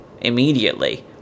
immediately